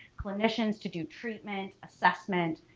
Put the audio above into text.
clinicians to do treatment assessment,